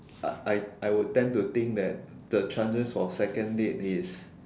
I I I would tend to think that the chances for second date is